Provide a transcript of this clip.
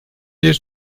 bir